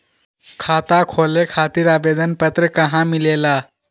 खाता खोले खातीर आवेदन पत्र कहा मिलेला?